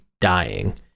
dying